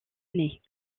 années